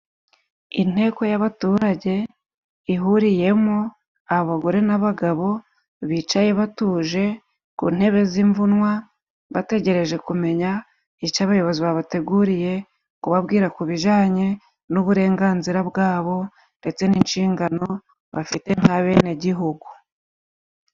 Inteko y'abaturage, ihuriyemo abagore n'abagabo, bicaye batuje ku ntebe z'imvunwa, bategereje kumenya icyo abayobozi babateguriye kubabwira, ku bijanye n' uburenganzira bwabo, ndetse n'inshingano bafite nk'abenegihugu.